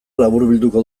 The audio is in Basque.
laburbilduko